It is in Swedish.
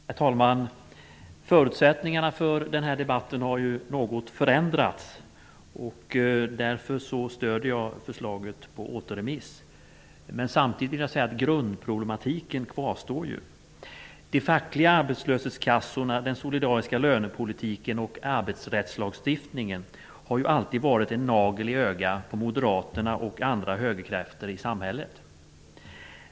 Herr talman! Förutsättningarna för den här debatten har ju något förändrats, och därför stödjer jag förslaget om återremiss. Men jag vill samtidigt säga att grundproblematiken kvarstår. De fackliga arbetslöshetskassorna, den solidariska lönepolitiken och arbetsrättslagstiftningen har ju alltid varit en nagel i ögat på moderaterna och andra högerkrafter i samhället.